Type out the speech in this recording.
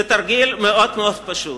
זה תרגיל מאוד מאוד פשוט.